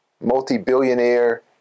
multi-billionaire